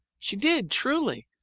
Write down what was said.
she did, truly.